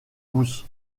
gousses